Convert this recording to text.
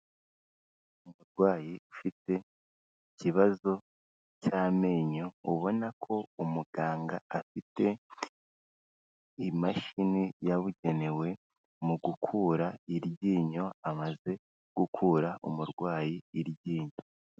Umurwayi ufite ikibazo cy'amenyo, ubona ko umuganga afite, imashini yabugenewe mu gukura iryinyo amaze gukura umurwayi iryinyo.